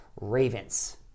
Ravens